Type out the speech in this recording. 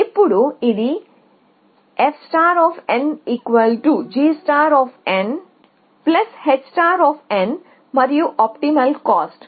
ఇప్పుడు ఇది f gh మరియు ఆప్టిమల్ కాస్ట్